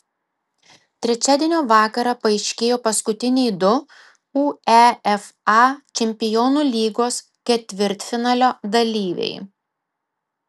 trečiadienio vakarą paaiškėjo paskutiniai du uefa čempionų lygos ketvirtfinalio dalyviai